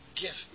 gift